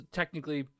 technically